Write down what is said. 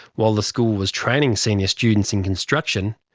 while the school was training senior students in construction,